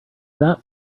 that